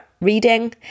reading